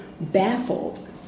baffled